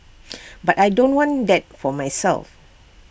but I don't want that for myself